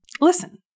listen